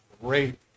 great